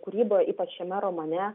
kūryboj ypač šiame romane